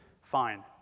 fine